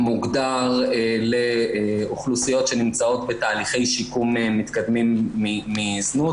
מוגדר לאוכלוסיות שנמצאות בתהליכי שיקום מתקדמים מזנות.